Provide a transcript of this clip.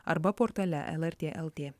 arba portale lrt lt